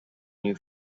new